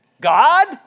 God